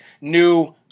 new